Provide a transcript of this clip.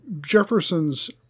Jefferson's